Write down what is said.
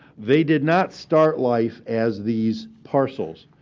they did not start life as these parcels.